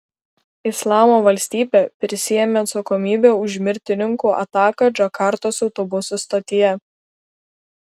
islamo valstybė prisiėmė atsakomybę už mirtininkų ataką džakartos autobusų stotyje